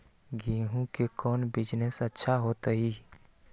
गेंहू के कौन बिजनेस अच्छा होतई?